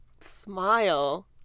smile